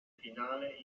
finale